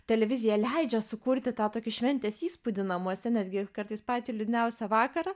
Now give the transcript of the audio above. televizija leidžia sukurti tą tokį šventės įspūdį namuose netgi kartais patį liūdniausią vakarą